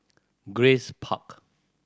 Grace Park